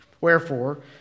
Wherefore